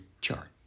chart